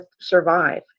survive